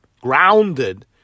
grounded